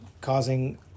causing